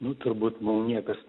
nu turbūt mum niekas